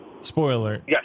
Spoiler